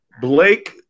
Blake